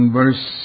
verse